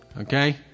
Okay